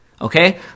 Okay